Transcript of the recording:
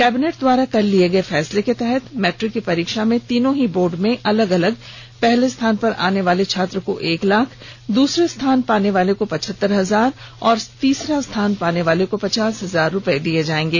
cabinet द्वारा कल लिए गए फैसले के तहत मैट्रिक की परीक्षा में तीनों ही बोर्ड में अलग अलग पहले स्थान पर आने वाले छात्र को एक लाख दूसरा स्थान पाने वाले पचहत्तर हजार और तीसरा स्थान पानेवाले पचास हजार रूपए दिये जाएंगे